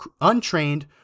untrained